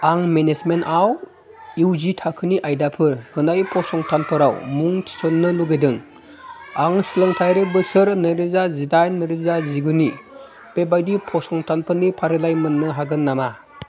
आं मेनेजमेन्टआव इउ जि थाखोनि आयदाफोर होनाय फसंथानफोराव मुं थिसननो लुगैदों आं सोलोंथायारि बोसोर नैरोजा जिदाइन नैरोजा जिगुनि बेबायदि फसंथानफोरनि फारिलाइ मोननो हागोन नामा